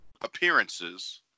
appearances